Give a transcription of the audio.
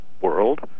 world